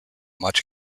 much